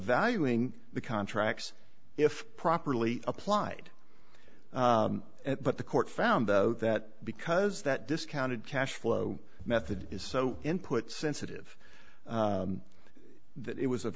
valuing the contracts if properly applied but the court found out that because that discounted cash flow method is so input sensitive that it was